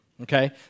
Okay